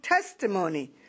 testimony